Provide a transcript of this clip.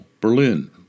Berlin